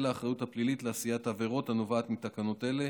האחריות הפלילית לעשיית עבירות הנובעת מתקנות אלה,